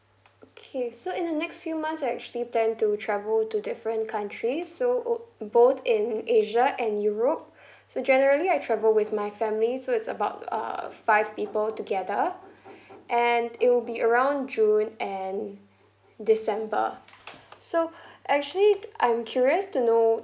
okay so in the next few months I actually plan to travel to different countries so uh both in asia and europe so generally I travel with my family so it's about err five people together and it will be around june and december so actually I'm curious to know